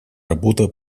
работа